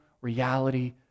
reality